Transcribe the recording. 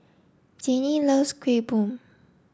Jayne loves Kuih Bom